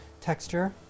texture